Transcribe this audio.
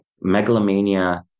Megalomania